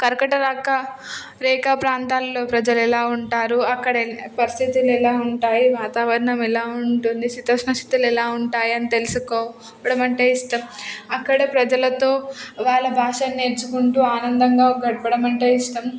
కర్కట రాక రేఖ ప్రాంతాల్లో ప్రజలు ఎలా ఉంటారు అక్కడ పరిస్థితి ఎలా ఉంటాయి వాతావరణం ఎలా ఉంటుంది శీతోష్ణస్థితులు ఎలా ఉంటాయి అని తెలుసుకోవడం అంటే ఇష్టం అక్కడ ప్రజలతో వాళ్ళ భాషను నేర్చుకుంటూ ఆనందంగా గడపడం అంటే ఇష్టం